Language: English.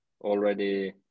already